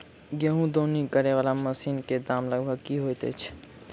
गेंहूँ दौनी करै वला मशीन कऽ दाम लगभग की होइत अछि?